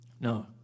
No